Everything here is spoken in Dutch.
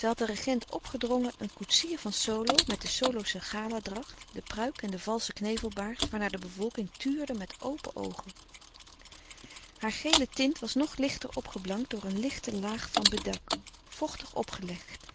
had den regent opgedrongen een koetsier van solo met de solosche galadracht de pruik en den valschen knevelbaard waarnaar de bevolking tuurde met open oogen louis couperus de stille kracht hare gele tint was nog lichter opgeblankt door een lichte laag van bedak vochtig opgelegd